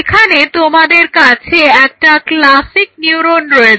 এখানে তোমাদের কাছে একটা ক্লাসিক নিউরন রয়েছে